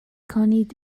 کنید